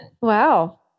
Wow